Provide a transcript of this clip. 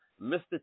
mr